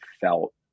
felt